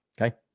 Okay